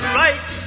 right